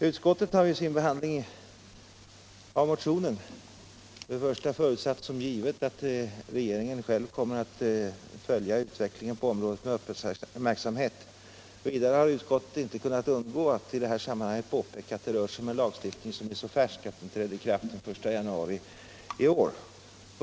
Utskottet har vid sin behandling av motionen till att börja med förutsatt att regeringen själv kommer att följa utvecklingen på området med uppmärksamhet. Vidare har utskottet inte kunnat undgå att i det här sammanhanget påpeka att det rör sig om en lagstiftning som är så färsk att den trädde i kraft den 1 januari i år.